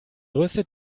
größte